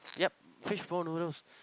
yup fishball noodles